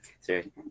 sorry